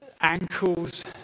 ankles